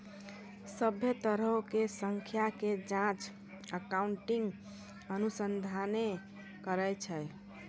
सभ्भे तरहो के संस्था के जांच अकाउन्टिंग अनुसंधाने करै छै